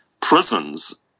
prisons